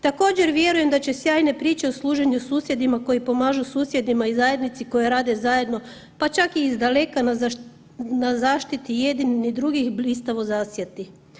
Također vjerujem da će sjajne priče o služenju susjedima koji pomažu susjedima i zajednici koji rade zajedno pa čak i izdaleka na zaštiti jednih i drugih blistavo zasjati.